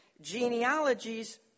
genealogies